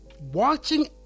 watching